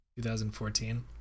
2014